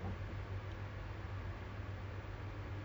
before that we need to get H_D_B first then